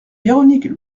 véronique